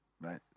right